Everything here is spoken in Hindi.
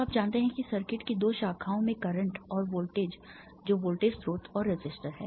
तो आप जानते हैं कि सर्किट की दो शाखाओं में करंट और वोल्टेज जो वोल्टेज स्रोत और रेसिस्टर हैं